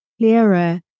clearer